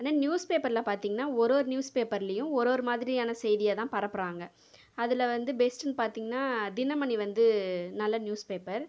ஆனால் நியூஸ்பேப்பரில் பார்த்தீங்கன்னா ஒரு ஒரு நியூஸ்பேப்பர்லேயும் ஒரு ஒரு மாதிரியான செய்தியை தான் பரப்புகிறாங்க அதில் வந்து பெஸ்ட்டுன்னு பார்த்தீங்கன்னா தினமணி வந்து நல்ல நியூஸ்பேப்பர்